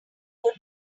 good